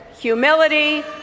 humility